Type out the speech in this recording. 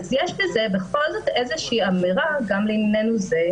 אז יש בזה בכל זאת איזושהי אמירה גם לענייננו זה,